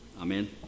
Amen